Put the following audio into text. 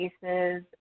cases